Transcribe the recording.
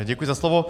Děkuji za slovo.